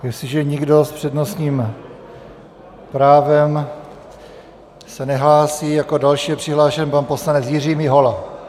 Jestliže nikdo s přednostním právem se nehlásí, jako další je přihlášen pan poslanec Jiří Mihola.